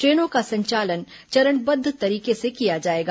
ट्रेनों का संचालन चरणबद्ध तरीके से किया जाएगा